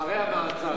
אחרי המעצר.